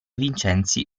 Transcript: vincenzi